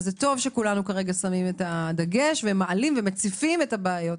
טוב שכולנו שמים את הדגש ומציפים את הבעיות.